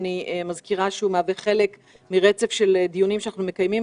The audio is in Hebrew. אני מזכירה שהוא מהווה חלק מרצף של דיונים שאנחנו מקיימים,